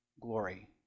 glory